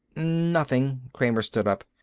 nothing. kramer stood up.